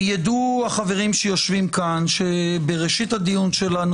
יידעו החברים שיושבים פה שבראשית הדיון שלנו